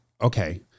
okay